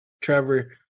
Trevor